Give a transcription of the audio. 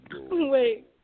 Wait